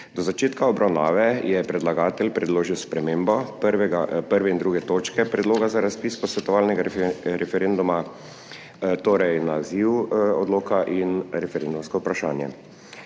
Do začetka obravnave je predlagatelj predložil spremembo 1. in 2. točke predloga za razpis posvetovalnega referenduma, torej naziv odloka in referendumsko vprašanje.